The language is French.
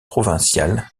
provincial